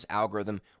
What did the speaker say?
algorithm